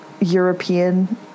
european